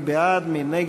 מי